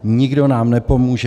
Nikdo nám nepomůže.